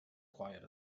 quiet